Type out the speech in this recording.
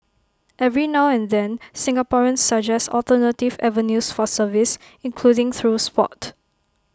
every now and then Singaporeans suggest alternative avenues for service including through Sport